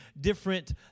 different